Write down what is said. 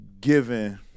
given